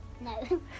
No